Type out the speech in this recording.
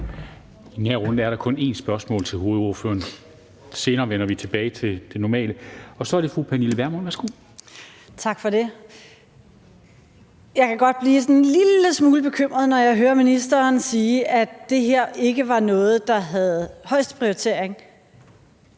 I den her runde er der kun ét spørgsmål til hovedordføreren, senere vender vi tilbage til det normale. Så er det fru Pernille Vermund. Værsgo. Kl. 16:28 Pernille Vermund (NB): Tak for det. Jeg kan godt blive sådan en lille smule bekymret, når jeg hører ministeren sige, at det her ikke var noget, der havde højeste prioritering